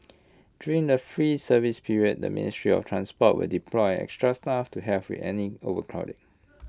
during the free service period the ministry of transport will deploy extra staff to help with any overcrowding